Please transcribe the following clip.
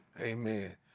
Amen